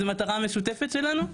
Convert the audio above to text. זה מטרה משותפת שלנו,